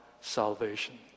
salvation